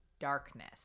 darkness